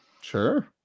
Sure